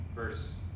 Verse